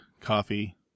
coffee